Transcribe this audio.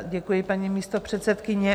Děkuji, paní místopředsedkyně.